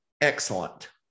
excellent